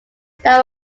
that